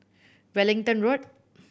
Wellington Road